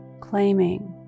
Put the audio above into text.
Claiming